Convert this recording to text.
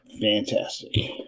Fantastic